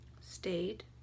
stayed